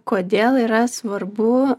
kodėl yra svarbu